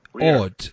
odd